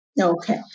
Okay